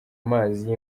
amazi